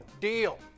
deal